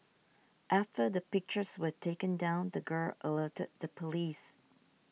after the pictures were taken down the girl alerted the police